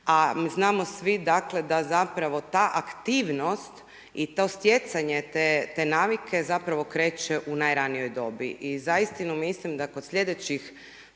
a znamo svi da zapravo ta aktivnost i to stjecanje te navike, zapravo kreće u najranijoj dobi. I za istinu mislim da kod sljedećih